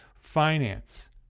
finance